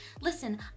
Listen